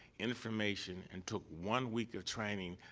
information, and took one week of training,